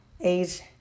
age